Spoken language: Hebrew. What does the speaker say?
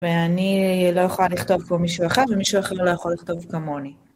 ואני לא יכולה לכתוב פה מישהו אחד, ומישהו אחר לא יכול לכתוב כמוני.